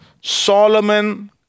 Solomon